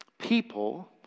People